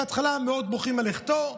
בהתחלה מאוד בוכים על לכתו,